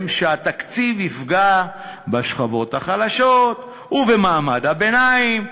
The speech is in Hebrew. שהתקציב יפגע בשכבות החלשות ובמעמד הביניים,